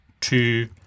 two